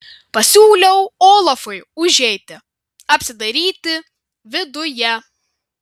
pasiūliau olafui užeiti apsidairyti viduje